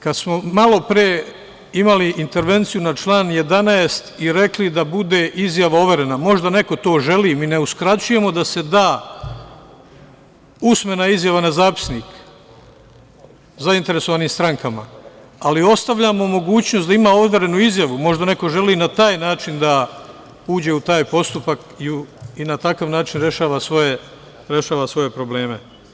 Kad smo malo pre imali intervenciju na član 11. i rekli da bude izjava overena, možda neko to želi, mi ne uskraćujemo da se da usmena izjava na zapisnik zainteresovanim strankama, ali ostavljamo mogućnost da ima overenu izjavu, možda neko želi na taj način da uđe u taj postupak i na takav način rešava svoje probleme.